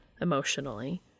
emotionally